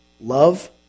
Love